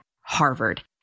Harvard